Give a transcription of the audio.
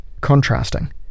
contrasting